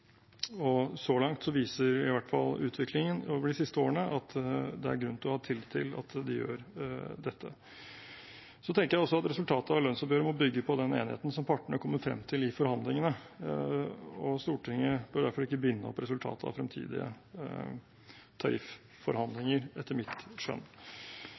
Så langt viser i hvert fall utviklingen over de siste årene at det er grunn til å ha tillit til at de gjør dette. Jeg tenker også at resultatet av lønnsoppgjøret må bygge på den enigheten som partene er kommet frem til i forhandlingene. Stortinget bør derfor ikke binde opp resultatet av fremtidige tarifforhandlinger, etter mitt skjønn.